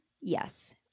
Yes